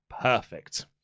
perfect